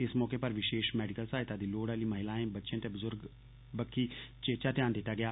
इस मौके पर विशेष मैडिकल सहायता दी लोड़ आहली महिलाएं बच्चें ते बुजुर्गें बक्खी चेचा ध्यान दिता गेया